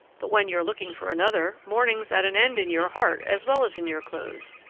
but when you're looking for another, mourning's at an end in your heart as well as in your clothes.